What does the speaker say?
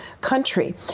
country